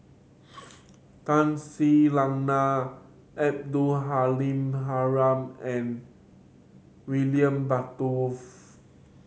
Tun Sri Lanang Abdul Halim Haron and William Butterworth